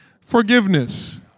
forgiveness